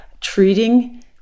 treating